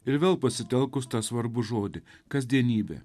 ir vėl pasitelkus tą svarbų žodį kasdienybė